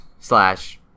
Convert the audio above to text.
Slash